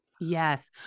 Yes